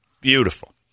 Beautiful